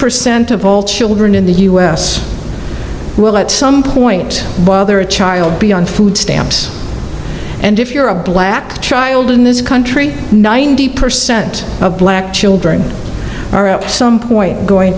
percent of all children in the u s will at some point or a child be on food stamps and if you're a black child in this country ninety percent of black children are at some point going